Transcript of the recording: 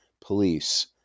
police